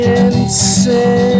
insane